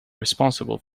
responsible